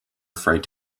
afraid